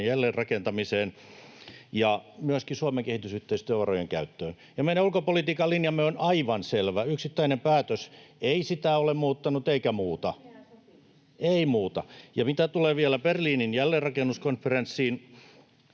jälleenrakentamiseen ja myöskin Suomen kehitysyhteistyövarojen käyttöön. Ja meidän ulkopolitiikan linjamme on aivan selvä. Yksittäinen päätös ei sitä ole muuttanut eikä muuta. [Tuula Väätäinen: Ei ole nimeä sopimuksessa!]